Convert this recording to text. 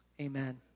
amen